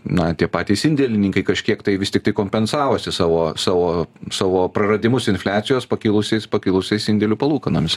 na tie patys indėlininkai kažkiek tai vis tiktai kompensavosi savo savo savo praradimus infliacijos pakilusiais pakilusiais indėlių palūkanomis